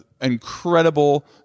incredible